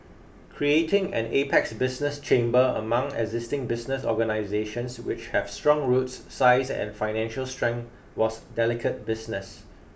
creating an apex business chamber among existing business organisations which have strong roots size and financial strength was delicate business